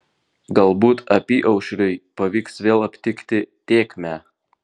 galbūt apyaušriui pavyks vėl aptikti tėkmę